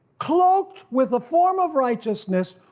cloaked with the form of righteousness,